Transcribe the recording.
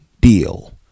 deal